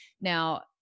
Now